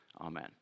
Amen